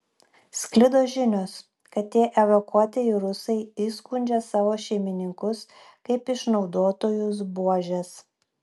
sklido žinios kad tie evakuotieji rusai įskundžia savo šeimininkus kaip išnaudotojus buožes